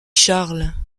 charles